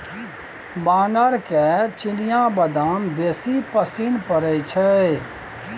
बानरके चिनियाबदाम बेसी पसिन पड़य छै